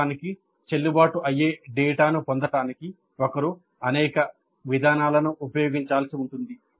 వాస్తవానికి చెల్లుబాటు అయ్యే డేటాను పొందడానికి ఒకరు అనేక విధానాలను ఉపయోగించాల్సి ఉంటుంది